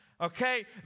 okay